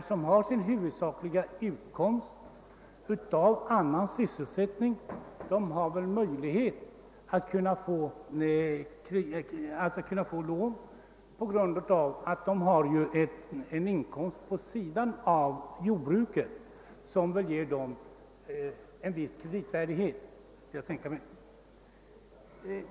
De som har sin huvudsakliga utkomst av annan sysselsättning har väl möjlighet att få lån på grund av att de vid sidan om jordbruket har en inkomst som bör ge dem kreditvärdighet.